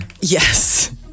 Yes